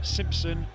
Simpson